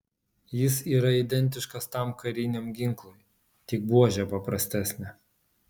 jis yra identiškas tam kariniam ginklui tik buožė paprastesnė